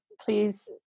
Please